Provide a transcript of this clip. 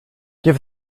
give